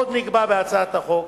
עוד נקבע בהצעת החוק,